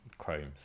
Chromes